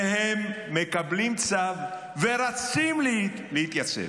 והם מקבלים צו ורצים להתייצב.